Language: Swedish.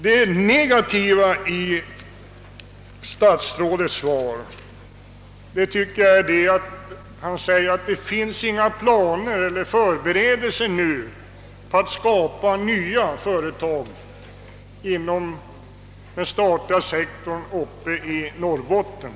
Det negativa i statsrådets svar tycker jag är hans uttalande om att det inte nu görs några förberedelser för att skapa nya statliga företag i Norrbotten.